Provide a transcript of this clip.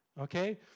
okay